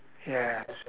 yes